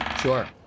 Sure